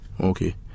okay